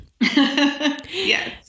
Yes